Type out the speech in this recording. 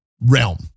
realm